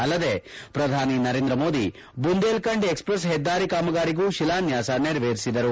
ಅಲ್ಲದೆ ಪ್ರಧಾನಿ ನರೇಂದ್ರ ಮೋದಿ ಬುಂದೇಲ್ಖಂಡ್ ಎಕ್ಸ್ಪ್ರೆಸ್ ಹೆದ್ದಾರಿ ಕಾಮಗಾರಿಗೂ ಶಿಲಾನ್ಯಾಸ ನೆರವೇರಿಸಿದರು